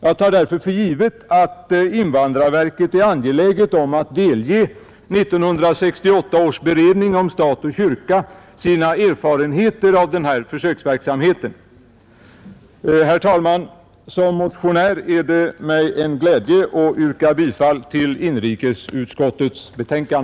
Jag tar därför för givet att invandrarverket är angeläget om att delge 1968 års beredning om stat och kyrka sina erfarenheter av denna försöksverksamhet. Herr talman! Som motionär är det mig en glädje att yrka bifall till inrikesutskottets hemställan.